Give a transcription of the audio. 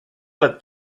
let